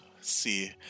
see